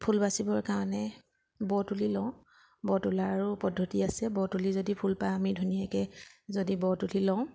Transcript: ফুল বাচিবৰ কাৰণে ব তুলি লওঁ ব তোলাৰো পদ্ধতি আছে ব তুলি যদি ফুল পাহ আমি ধুনীয়াকৈ যদি ব তুলি লওঁ